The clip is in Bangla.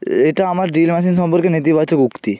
এটা আমার ড্রিল মেশিন সম্পর্কে নেতিবাচক উক্তি